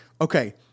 okay